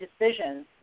decisions